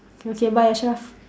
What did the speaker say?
okay bye ashraf